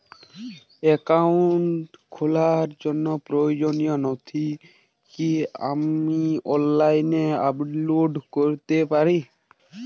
Account খোলার জন্য প্রয়োজনীয় নথি কি আমি অনলাইনে আপলোড করতে পারি?